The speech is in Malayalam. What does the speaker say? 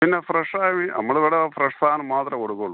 പിന്നെ ഫ്രഷ് ആയ മീൻ നമ്മൽ ഇവിടെ ഫ്രഷ് സാധനം മാത്രമേ കൊടുക്കുള്ളൂ